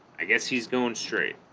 i guess he's going straight